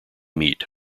meet